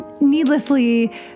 needlessly